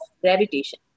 gravitation